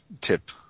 tip